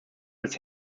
des